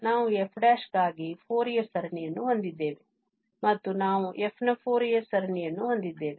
ನಾವು f ಗಾಗಿ Fourier ಸರಣಿಯನ್ನು ಹೊಂದಿದ್ದೇವೆ ಮತ್ತು ನಾವು f ನ ಫೋರಿಯರ್ ಸರಣಿಯನ್ನು ಹೊಂದಿದ್ದೇವೆ